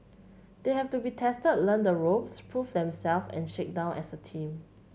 they have to be tested learn the ropes prove themselves and shake down as a team